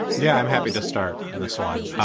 yeah, i'm happy to start on this one.